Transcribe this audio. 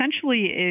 essentially